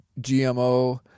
GMO